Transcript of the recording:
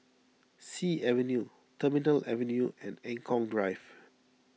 Sea Avenue Terminal Avenue and Eng Kong Drive